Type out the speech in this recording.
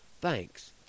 Thanks